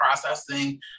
processing